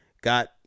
got